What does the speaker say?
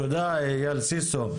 תודה אייל סיסו,